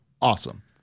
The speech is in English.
awesome